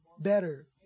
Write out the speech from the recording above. better